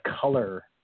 color